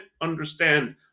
understand